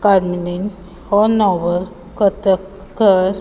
कार्मेलीन हो नॉवल कथककर